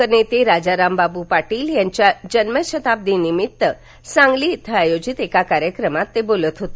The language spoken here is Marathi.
लोकनेते राजारामबापू पाटील यांच्या जन्मशताब्दीनिमित्त सांगली इथं आयोजित कार्यक्रमात ते बोलत होते